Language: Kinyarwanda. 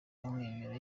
amwenyura